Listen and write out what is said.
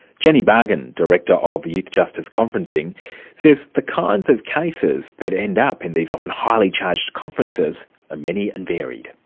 jenny bargen, director of youth justice conferencing says the kinds of cases that end up in these often highly charged conferences are many and varied.